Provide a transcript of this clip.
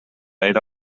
era